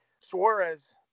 Suarez